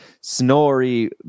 Snorri